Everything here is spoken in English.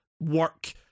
work